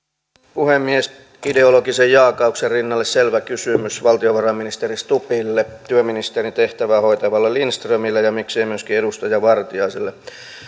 puhemies ideologisen jaakauksen rinnalle selvä kysymys valtiovarainministeri stubbille työministerin tehtävää hoitavalle lindströmille ja miksei myöskin edustaja vartiaiselle